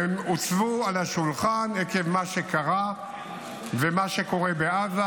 הוצבו על השולחן עקב מה שקרה ומה שקורה בעזה